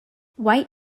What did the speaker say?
white